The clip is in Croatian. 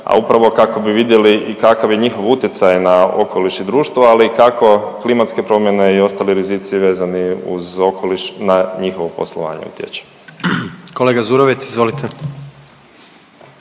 a upravo kako bi vidjeli i kakav je njihov utjecaj na okoliš i društvo, ali i kako klimatske promjene i ostali rizici vezani uz okoliš na njihovo poslovanje utječe. **Jandroković,